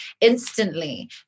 instantly